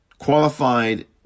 qualified